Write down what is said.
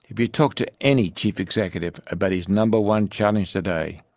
if you talk to any chief executive about his number one challenge today,